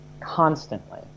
constantly